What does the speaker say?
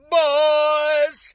boys